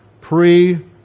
Pre-